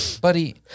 buddy